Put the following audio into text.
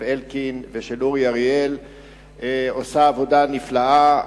אלקין ושל אורי אריאל עושה עבודה נפלאה.